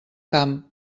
camp